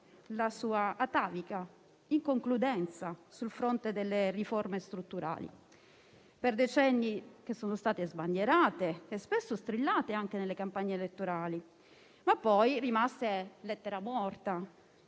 la sua atavica inconcludenza sul fronte delle riforme strutturali, che per decenni sono state sbandierate e spesso strillate nelle campagne elettorali, ma che poi sono rimaste lettera morta